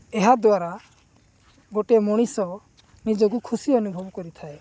ଏହାଦ୍ୱାରା ଗୋଟେ ମଣିଷ ନିଜକୁ ଖୁସି ଅନୁଭବ କରିଥାଏ